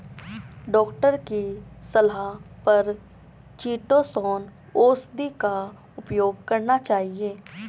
doctor की सलाह पर चीटोसोंन औषधि का उपयोग करना चाहिए